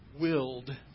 willed